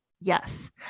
Yes